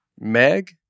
Meg